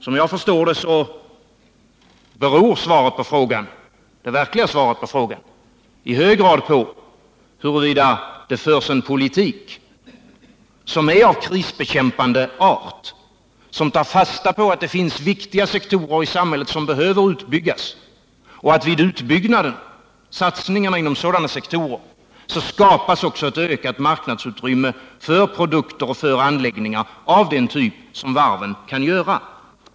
Som jag förstår det beror det verkliga svaret på frågan i hög grad på huruvida det förs en politik som är av krisbekämpande art, som tar fasta på att det finns viktiga sektorer i samhället som behöver utbyggas och att det genom satsningarna inom sådana sektorer skapas också ett ökat marknadsutrymme för produkter och anläggningar av den typ som varven kan tillverka.